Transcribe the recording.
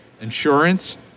Insurance